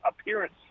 appearance